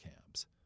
camps